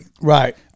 Right